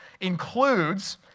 includes